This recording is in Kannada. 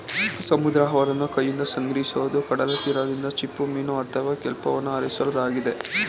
ಸಮುದ್ರಾಹಾರವನ್ನು ಕೈಯಿಂದ ಸಂಗ್ರಹಿಸೋದು ಕಡಲತೀರದಿಂದ ಚಿಪ್ಪುಮೀನು ಅಥವಾ ಕೆಲ್ಪನ್ನು ಆರಿಸೋದಾಗಿದೆ